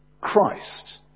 Christ